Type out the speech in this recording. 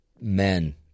men